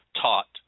taught